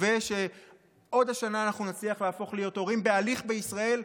מקווה שעוד השנה נצליח להפוך להיות הורים בהליך בישראל.